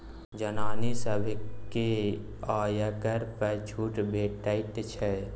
जनानी सभकेँ आयकर पर छूट भेटैत छै